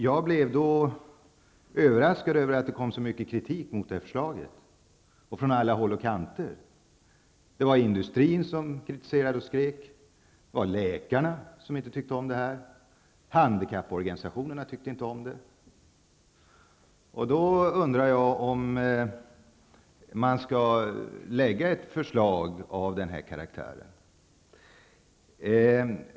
Jag blev överraskad över att det kom så mycket kritik mot detta förslag från alla håll och kanter. Industrin kritiserade det, läkarna och handikapporganisationerna tyckte inte om det. Jag undrar då om man skall lägga fram ett förslag av den här karaktären.